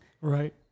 right